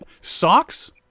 socks